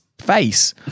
Face